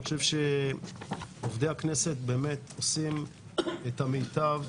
אני חושב שעובדי הכנסת באמת עושים את המיטב.